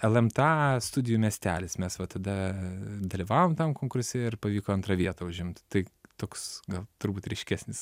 lmta studijų miestelis mes va tada dalyvavom tam konkurse ir pavyko antrą vietą užimti tai toks gal turbūt ryškesnis